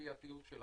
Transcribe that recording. הכפייתיות שלה.